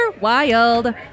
Wild